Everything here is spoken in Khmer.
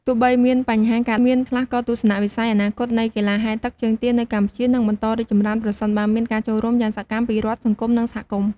ទោះបីមានបញ្ហាកើតមានខ្លះ ក៏ទស្សនវិស័យអនាគតនៃកីឡាហែលទឹកជើងទានៅកម្ពុជា នឹងបន្តរីកចម្រើន ប្រសិនបើមានការចូលរួមយ៉ាងសកម្មពីរដ្ឋ សង្គម និងសហគមន៍។